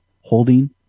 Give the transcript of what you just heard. holding